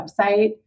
website